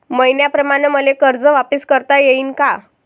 मईन्याप्रमाणं मले कर्ज वापिस करता येईन का?